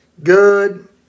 Good